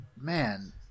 man